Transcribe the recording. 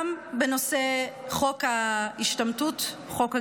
גם בנושא חוק ההשתמטות, חוק הגיוס,